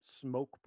smoke